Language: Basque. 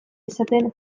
esaten